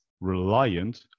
reliant